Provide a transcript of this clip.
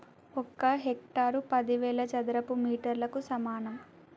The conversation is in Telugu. ఒక హెక్టారు పదివేల చదరపు మీటర్లకు సమానం